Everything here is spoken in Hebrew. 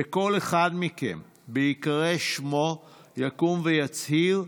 וכל אחד מכם בהיקרא שמו יקום ויצהיר: